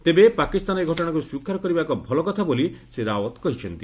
ତେବେ ପାକିସ୍ତାନ ଏ ଘଟଣାକୁ ସ୍ୱୀକାର କରିବା ଏକ ଭଲ କଥା ବୋଲି ଶ୍ରୀ ରାଓ୍ୱତ କହିଛନ୍ତି